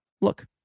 look